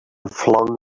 flung